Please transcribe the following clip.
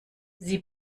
sie